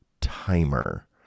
timer